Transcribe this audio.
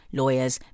lawyers